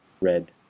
red